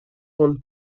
grande